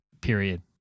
period